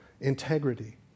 integrity